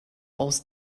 aus